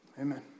amen